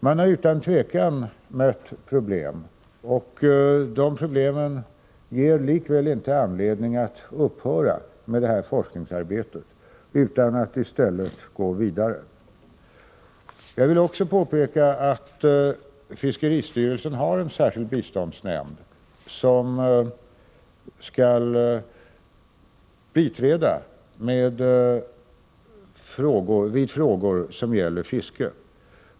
Man har utan tvivel mött problem, som likväl inte ger anledning att upphöra med detta forskningsarbete utan i stället att gå vidare. Jag vill också påpeka att fiskeristyrelsen har en särskild biståndsnämnd, som skall biträda i frågor som gäller fisket.